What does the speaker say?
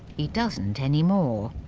he doesn't anymore.